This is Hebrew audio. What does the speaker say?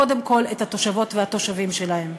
קודם כול את התושבות והתושבים שלהן.